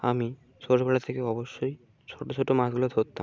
আমি ছোট বেলা থেকে অবশ্যই ছোটো ছোটো মাছগুলো ধরতাম